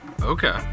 Okay